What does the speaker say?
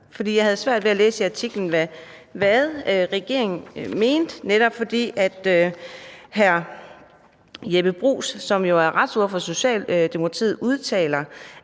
Jeg havde svært ved at læse i artiklen, hvad regeringen mente, for hr. Jeppe Bruus, som jo er retsordfører for Socialdemokratiet, udtaler,